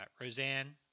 Roseanne